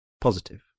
positive